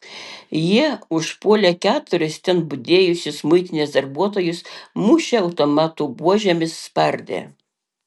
jie užpuolė keturis ten budėjusius muitinės darbuotojus mušė automatų buožėmis spardė